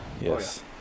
Yes